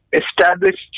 established